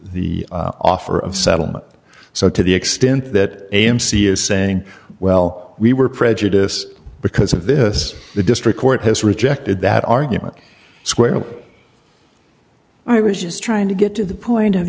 the offer of settlement so to the extent that amc is saying well we were prejudiced because of this the district court has rejected that argument squarely i was just trying to get to the point of